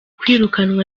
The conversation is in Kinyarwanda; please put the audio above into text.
kwirukanwa